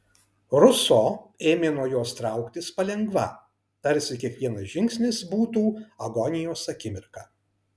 ruso ėmė nuo jos trauktis palengva tarsi kiekvienas žingsnis būtų agonijos akimirka